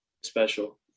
special